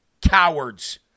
cowards